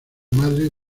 madre